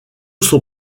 son